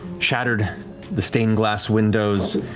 shattered the stained glass windows,